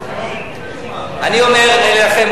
אני אומר לכם,